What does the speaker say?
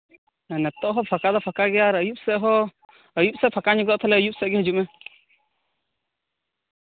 ᱱᱤᱛᱚᱜ ᱦᱚᱸ ᱯᱷᱟᱸᱠᱟ ᱫᱚ ᱯᱷᱟᱸᱠᱟ ᱜᱮᱭᱟ ᱟᱭᱩᱵ ᱥᱮᱡ ᱦᱚᱸ ᱟᱭᱩᱵ ᱥᱮᱡ ᱯᱷᱟᱸᱠᱟ ᱧᱚᱜᱚᱜᱼᱟ ᱛᱟᱞᱦᱮ ᱟᱭᱩᱵ ᱥᱮᱡ ᱦᱟᱹᱡᱩᱜ ᱢᱮ